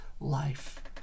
life